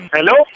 Hello